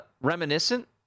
reminiscent